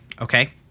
Okay